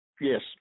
Yes